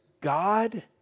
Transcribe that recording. God